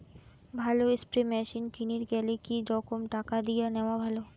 ভালো spray machine কিনির গেলে কি রকম টাকা দিয়া নেওয়া ভালো?